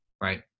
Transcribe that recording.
right